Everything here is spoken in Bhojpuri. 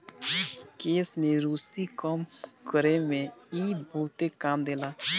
केश में रुसी कम करे में इ बहुते काम देला